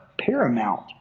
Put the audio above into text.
paramount